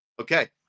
Okay